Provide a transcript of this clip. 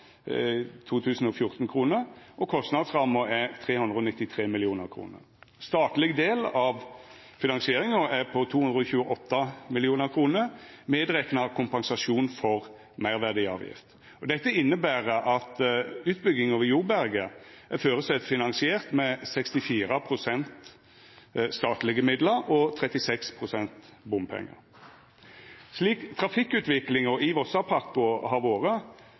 er 393 mill. kr. Statleg del av finansieringa er på 228 mill. kr, medrekna kompensasjon for meirverdiavgift. Dette inneber at utbygginga ved Joberget er føresett finansiert med 64 pst. statlege midlar og 36 pst. bompengar. Slik trafikkutviklinga i Vossapakko har vore,